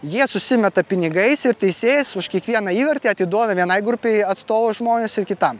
jie susimeta pinigais ir teisėjas už kiekvieną įvartį atiduoda vienai grupei atstovo žmonės ir kitam